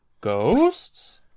Ghosts